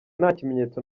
ntakimenyetso